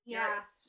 Yes